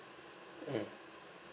mm